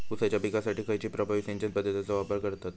ऊसाच्या पिकासाठी खैयची प्रभावी सिंचन पद्धताचो वापर करतत?